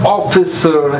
officer